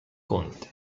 conte